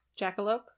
jackalope